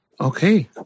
okay